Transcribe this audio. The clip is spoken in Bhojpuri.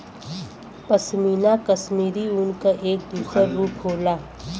पशमीना कशमीरी ऊन क एक दूसर रूप होला